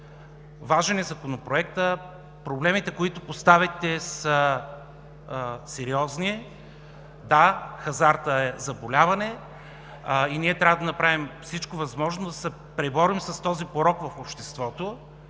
бърза. Законопроектът е важен. Проблемите, които поставяте, са сериозни. Да, хазартът е заболяване и ние трябва да направим всичко възможно, за да се преборим с този порок в обществото,